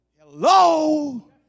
Hello